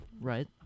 Right